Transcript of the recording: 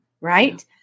Right